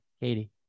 Katie